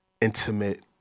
intimate